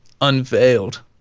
unveiled